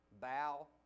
Bow